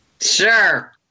Sure